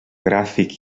gràfic